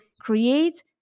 create